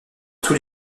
tous